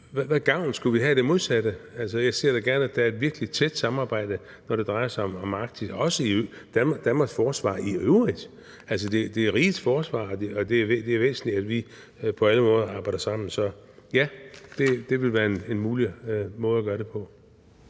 Hvad gavn skulle vi have af det modsatte? Altså, jeg ser da gerne, at der er et virkelig tæt samarbejde, når det drejer sig om Arktis, også i Danmarks forsvar i øvrigt. Altså, det er rigets forsvar, og det er væsentligt, at vi for alvor arbejder sammen. Så ja, det vil være en mulig måde at gøre det på.